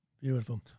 Beautiful